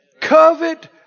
Covet